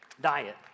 diet